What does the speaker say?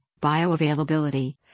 bioavailability